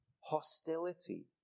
hostility